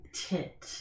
tit